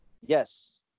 Yes